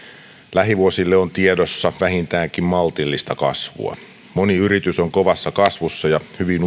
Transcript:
lähivuosille on tiedossa vähintäänkin maltillista kasvua moni yritys on kovassa kasvussa ja hyvin